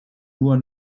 nur